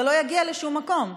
זה לא יגיע לשום מקום.